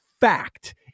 fact